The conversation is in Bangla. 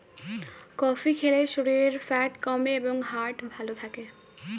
কফি খেলে শরীরের ফ্যাট কমে এবং হার্ট ভালো থাকে